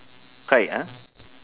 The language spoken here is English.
kite ah